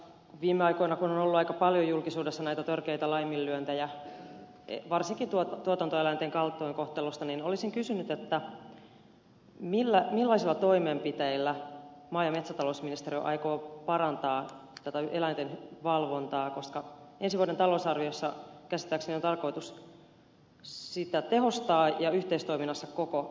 viime aikoina kun on ollut aika paljon julkisuudessa näitä törkeitä laiminlyöntejä varsinkin tuotantoeläinten kaltoinkohteluja niin olisin kysynyt millaisilla toimenpiteillä maa ja metsätalousministeriö aikoo parantaa tätä eläinten valvontaa koska ensi vuoden talousarviossa käsittääkseni on tarkoitus sitä tehostaa ja yhteistoiminnassa koko tuotantoketjun kanssa